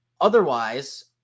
Otherwise